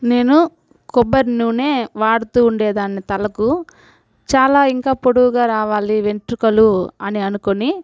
నేను కొబ్బరి నూనె వాడుతూ ఉండేదాన్ని తలకు చాలా ఇంకా పొడవుగా రావాలి వెంట్రుకలు అని అనుకొని